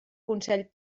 consell